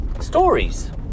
stories